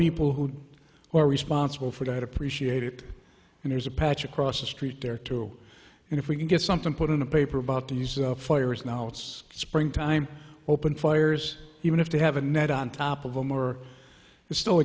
people who are responsible for it i'd appreciate it and there's a patch across the street there too and if we can get something put in the paper about these fires now it's springtime open fires even if they have a net on top of them